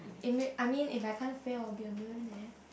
you mean I mean if I can't fail I will be a billionaire